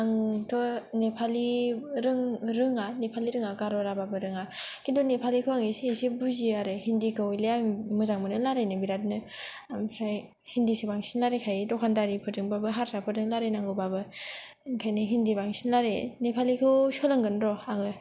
आंथ' नेपालि नेपालि रोङा गार' राभाबो रोङा खिन्थु आङो नेपालिखौ एसे एसे बुजियो आरो हिन्दिखौ हले आङो मोजांमोनो रायलायनो बिरादनो ओमफ्राय हिन्दिसो बांसिन रायलायखायो दखानदारिफोरजोंबाबो हारसाफोरजों रायलायनांगौबाबो ओंखायनो हिन्दि बांसिन रायलायो नेपालिखौ सोलोंगोन र' आङो